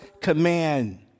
command